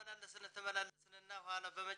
למכור ולקנות דירה גדולה יותר והם אמרו לו "אתה